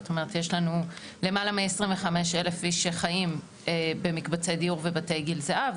זאת אומרת יש לנו למעלה מ-25,000 איש שחיים במקבצי דיור ובתי גיל הזהב,